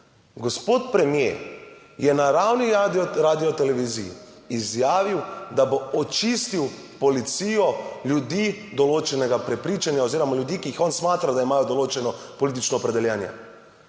Gospod premier je na ravni radiotelevizij izjavil, da bo očistil policijo ljudi določenega prepričanja oziroma ljudi, ki jih on smatra, da imajo določeno politično opredeljene.